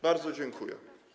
Bardzo dziękuję.